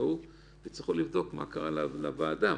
יצטרכו לבדוק מה קרה לוועדה.